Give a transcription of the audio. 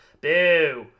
Boo